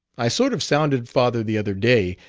i sort of sounded father the other day,